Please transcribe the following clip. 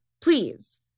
Please